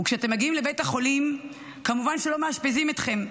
וכשאתם מגיעים לבית החולים כמובן שלא מאשפזים אתכם,